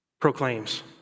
proclaims